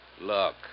Look